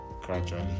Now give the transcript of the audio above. gradually